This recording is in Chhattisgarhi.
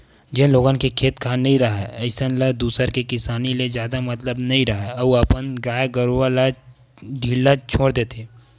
जेन लोगन के खेत खार नइ राहय अइसन ल दूसर के किसानी ले जादा मतलब नइ राहय अउ अपन गाय गरूवा ल ढ़िल्ला छोर देथे